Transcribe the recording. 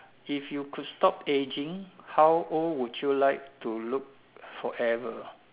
if you could stop ageing how old would you like to look forever